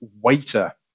Waiter